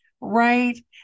right